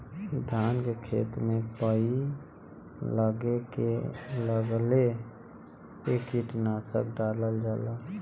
धान के खेत में पई लगले पे कीटनाशक डालल जाला